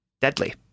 deadly